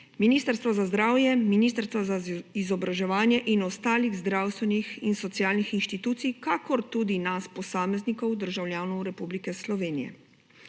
Ministrstva za zdravje, Ministrstva za izobraževanje in ostalih zdravstvenih in socialnih inštitucij, kakor tudi nas, posameznikov, državljanov Republike Slovenije.